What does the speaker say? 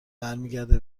برمیگرده